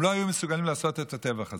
הם לא היו מסוגלים לעשות את הטבח הזה.